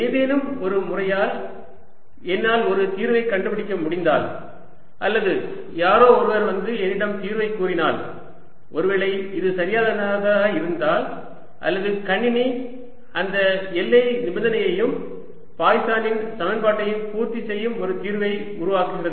ஏதேனும் ஒரு முறையால் என்னால் ஒரு தீர்வைக் கண்டுபிடிக்க முடிந்தால் அல்லது யாரோ ஒருவர் வந்து என்னிடம் தீர்வைக் கூறினால் ஒருவேளை இது சரியானதாக இருக்கிறது அல்லது கணினி அந்த எல்லை நிபந்தனையையும் பாய்சனின் சமன்பாட்டையும் பூர்த்தி செய்யும் ஒரு தீர்வை உருவாக்குகிறது